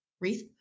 Wreath